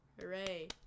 Hooray